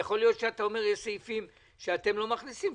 יכול להיות שתגיד שיש סעיפים שאתם לא מכניסים.